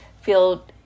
feel